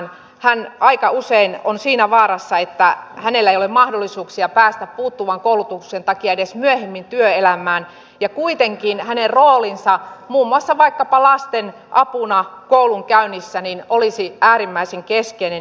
hän on aika usein siinä vaarassa että hänellä ei ole mahdollisuuksia päästä puuttuvan koulutuksen takia edes myöhemmin työelämään ja kuitenkin hänen roolinsa muun muassa vaikkapa lasten apuna koulunkäynnissä olisi äärimmäisen keskeinen